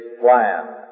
plan